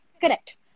Correct